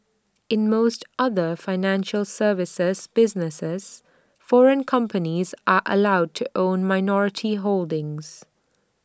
in most other financial services businesses foreign companies are allowed to own minority holdings